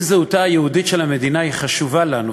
אם זהותה היהודית של המדינה חשובה לנו,